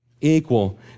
equal